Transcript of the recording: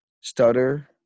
stutter